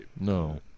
No